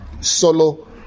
Solo